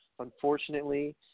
unfortunately